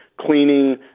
cleaning